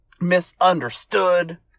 misunderstood